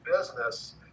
business